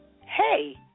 hey